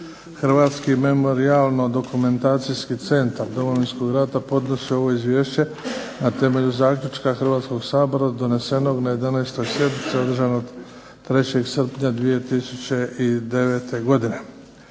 Hrvatski memorijalno-dokumentacijski centar Domovinskog rata podnosi ovo izvješće na temelju zaključka Hrvatskog sabora donesenog na 11. sjednici, održanog 3. srpnja 2009. godine.